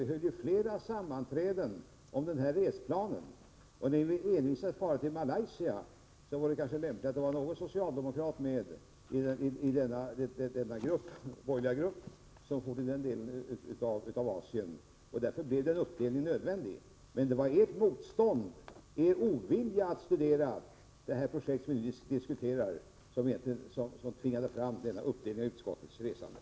Vi höll flera sammanträden om resplanen. Moderaterna envisades och ville bara åka till Malaysia. Därför var det kanske lämpligt att någon socialdemokrat var med i denna borgerliga grupp som for till den delen av Asien. Av denna anledning blev en uppdelning nödvändig. Men det var ert motstånd och er ovilja att studera det projekt som vi nu diskuterar som tvingade fram denna uppdelning av utskottets resande.